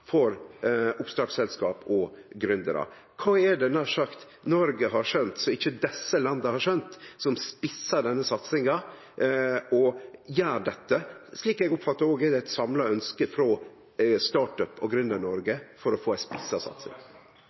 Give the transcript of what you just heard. for oppstartsselskap og gründerar. Kva er det Noreg har skjønt som ikkje desse landa har skjønt, som spissar denne satsinga og gjer dette. Slik eg oppfattar det, er det òg eit samla ønske frå Startup- og Gründer-Noreg om å få ei spissa